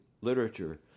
literature